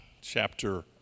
chapter